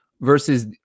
versus